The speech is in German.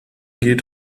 geht